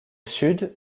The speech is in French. sud